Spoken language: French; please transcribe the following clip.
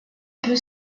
peu